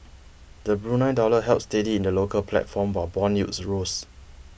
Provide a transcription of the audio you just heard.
the Brunei dollar held steady in the local platform while bond yields rose